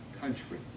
country